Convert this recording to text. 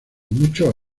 muchos